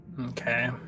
Okay